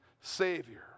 Savior